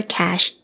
cash